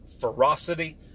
ferocity